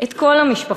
את כל המשפחות,